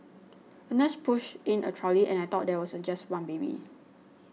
a nurse pushed in a trolley and I thought there was a just one baby